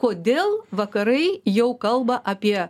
kodėl vakarai jau kalba apie